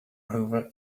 over